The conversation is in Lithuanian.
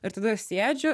ir tada aš sėdžiu